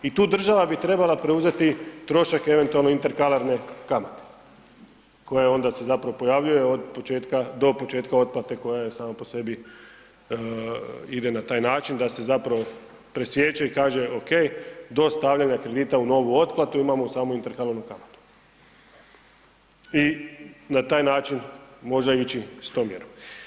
I tu država bi trebala preuzeti trošak eventualno interkalarne kamate koja se onda pojavljuje do početka otplate koja je sama po sebi ide na taj način da se presječe i kaže ok, do stavljanja kredita u novu otplatu, imamo samo interalarnu kamatu i na taj način možda ići s tom mjerom.